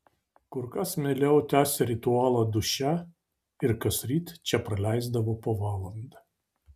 kur kas mieliau tęsė ritualą duše ir kasryt čia praleisdavo po valandą